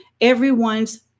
everyone's